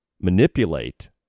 manipulate